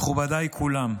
מכובדיי כולם,